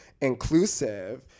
inclusive